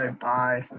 bye